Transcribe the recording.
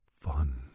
fun